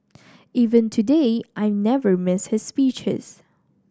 even today I never miss his speeches